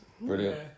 Brilliant